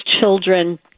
children